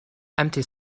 empty